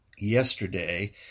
yesterday